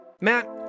Matt